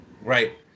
Right